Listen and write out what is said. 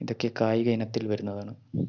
ഇതൊക്കെ കായിക ഇനത്തിൽ വരുന്നതാണ്